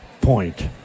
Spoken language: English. point